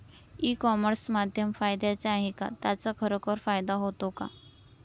E commerce माध्यम फायद्याचे आहे का? त्याचा खरोखर फायदा होतो का?